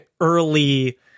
early